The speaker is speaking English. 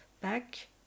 back